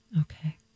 Okay